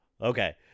Okay